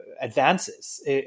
advances